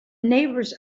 neighbors